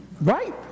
right